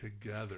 together